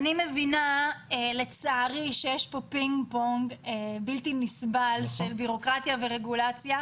אני מבינה לצערי שיש פה פינג-פונג בלתי נסבל של בירוקרטיה ורגולציה,